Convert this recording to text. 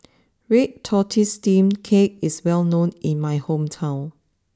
Red Tortoise Steamed Cake is well known in my hometown